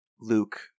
Luke